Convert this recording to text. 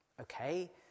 okay